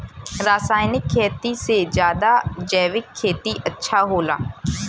रासायनिक खेती से ज्यादा जैविक खेती अच्छा होला